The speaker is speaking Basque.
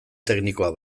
teknikoa